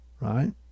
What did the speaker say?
right